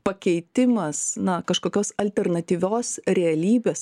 pakeitimas na kažkokios alternatyvios realybės